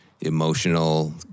emotional